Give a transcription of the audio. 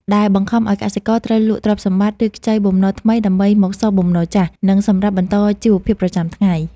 ដែលបង្ខំឱ្យកសិករត្រូវលក់ទ្រព្យសម្បត្តិ ឬខ្ចីបំណុលថ្មីដើម្បីមកសងបំណុលចាស់ និងសម្រាប់បន្តជីវភាពប្រចាំថ្ងៃ។